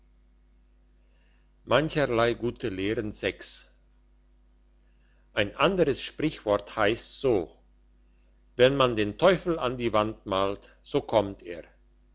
mancherlei gute lehren ein anderes sprichwort heisst so wenn man den teufel an die wand malt so kommt er